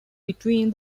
between